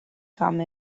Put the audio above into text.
come